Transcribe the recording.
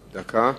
דקה.